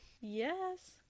Yes